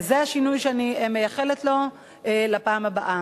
זה השינוי שאני מייחלת לו לפעם הבאה.